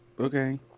Okay